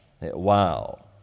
Wow